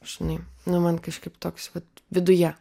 žinai nu man kažkaip toks vat viduje